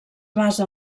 basa